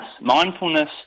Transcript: mindfulness